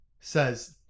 says